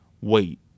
wait